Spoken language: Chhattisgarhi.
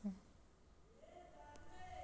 पहिली के जमाना म सूरा पालन के चलन जादा नइ रिहिस हे